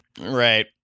right